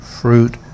fruit